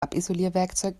abisolierwerkzeug